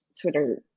Twitter